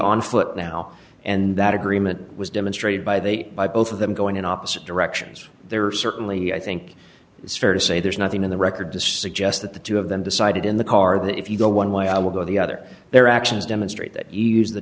on foot now and that agreement was demonstrated by the by both of them going in opposite directions there are certainly i think it's fair to say there's nothing in the record to suggest that the two of them decided in the car that if you go one way i will go the other their actions demonstrate that